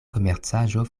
komercaĵo